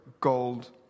gold